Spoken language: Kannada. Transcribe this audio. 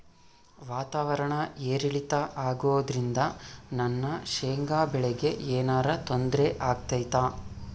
ವಾತಾವರಣ ಏರಿಳಿತ ಅಗೋದ್ರಿಂದ ನನ್ನ ಶೇಂಗಾ ಬೆಳೆಗೆ ಏನರ ತೊಂದ್ರೆ ಆಗ್ತೈತಾ?